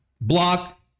Block